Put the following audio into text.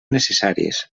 necessàries